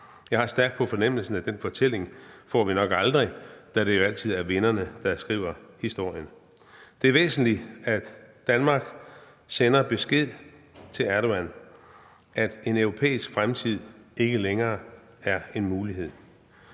Jeg har stærkt på fornemmelsen, at vi nok aldrig får den fortælling, da det jo altid er vinderne, der skriver historien. Det er væsentligt, at Danmark sender den besked til Erdogan, at en europæisk fremtid ikke længere er en mulighed,